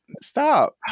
Stop